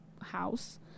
house